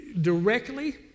directly